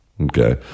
Okay